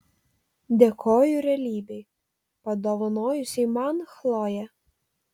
dėkoju realybei padovanojusiai man chloję